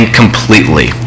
completely